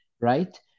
right